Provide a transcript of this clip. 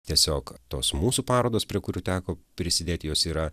tiesiog tos mūsų parodos prie kurių teko prisidėt jos yra